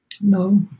No